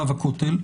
רב הכותל,